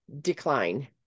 decline